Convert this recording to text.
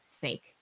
fake